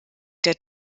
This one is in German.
der